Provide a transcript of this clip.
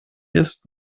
ist